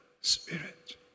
Spirit